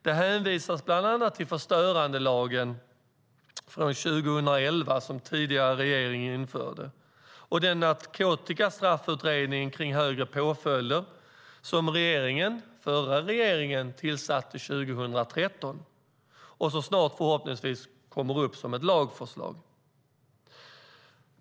Det hänvisas bland annat till förstörandelagen från 2011, som en tidigare regering införde, och Narkotikastraffutredningen kring högre påföljder som den förra regeringen tillsatte 2013 och som förhoppningsvis snart kommer upp som ett lagförslag.